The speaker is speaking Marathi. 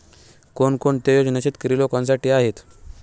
कोणकोणत्या योजना शेतकरी लोकांसाठी आहेत?